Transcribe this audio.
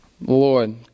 Lord